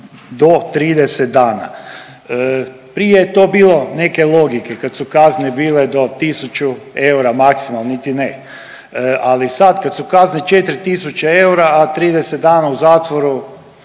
do 30 dana. Prije je to bilo neke logike, kad su kazne bile do 1000 eura maksimalno , niti ne. Ali, kad su kazne 4 000 eura, a 30 dana u zatvoru